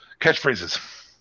catchphrases